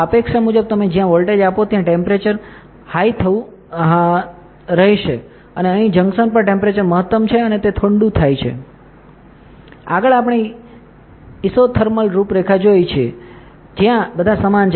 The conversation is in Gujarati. આ અપેક્ષા મુજબ તમે જ્યાં વોલ્ટેજ આપો ત્યાં ટેમ્પરેચર highંચું રહેશે અને અહીં જંકશન પર ટેમ્પરેચર મહત્તમ છે અને તે ઠંડુ થાય છે આગળ આપણે ઇસોથર્મલ રૂપરેખા જોઈ શકીએ છીએ જ્યાં બધા સમાન છે